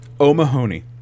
O'Mahony